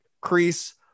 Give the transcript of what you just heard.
crease